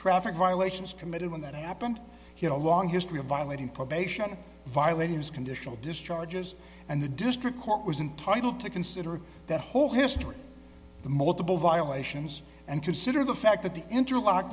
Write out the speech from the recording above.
traffic violations committed when that happened here a long history of violating probation violating his conditional discharges and the district court was entitled to consider that whole history the multiple violations and consider the fact that the interlock